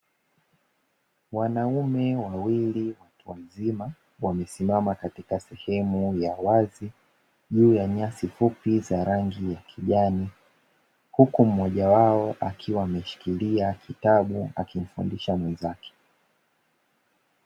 Wanaume wawili watu wazima, wamesimama katika sehemu ya wazi juu ya nyasi fupi za rangi ya kijani; huku mmoja wao akiwa ameshikilia kitabu, akimfundisha mwenzake.